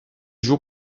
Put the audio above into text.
jour